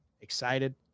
excited